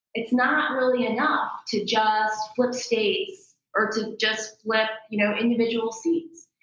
it's not really enough to just flip states, or to just flip you know individual seats.